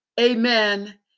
Amen